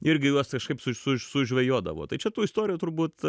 irgi juos kažkaip su su sužvejodavo tai čia tų istorijų turbūt